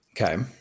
Okay